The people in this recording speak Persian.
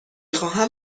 خواهم